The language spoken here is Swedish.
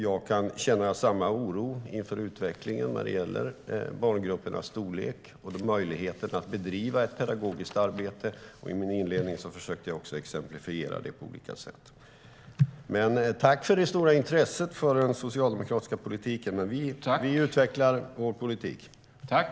Jag kan dock känna oro inför utvecklingen av barngruppernas storlek och möjligheterna att bedriva ett bra pedagogiskt arbete. I min inledning försökte jag exemplifiera det på olika sätt. Tack för det stora intresset för den socialdemokratiska politiken! Vi utvecklar vår politik.